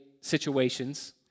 situations